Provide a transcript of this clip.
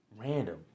random